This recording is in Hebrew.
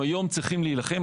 הם היום צריכים להילחם,